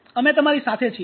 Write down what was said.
અમે તમારી સાથે છીએ